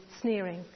sneering